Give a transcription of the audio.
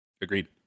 Agreed